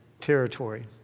territory